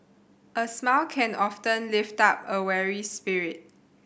a smile can often lift up a weary spirit